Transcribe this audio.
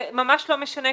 זה ממש לא משנה.